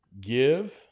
give